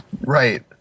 Right